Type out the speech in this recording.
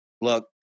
look